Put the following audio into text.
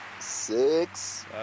six